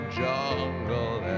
jungle